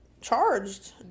charged